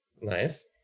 Nice